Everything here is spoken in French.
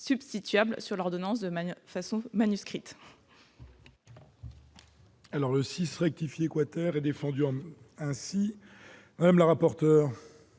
substituable » sur l'ordonnance de façon manuscrite.